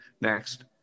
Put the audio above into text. Next